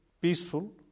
peaceful